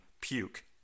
Puke